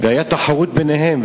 והיתה תחרות ביניהם,